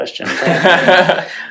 question